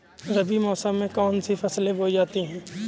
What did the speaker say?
रबी मौसम में कौन कौन सी फसलें बोई जाती हैं?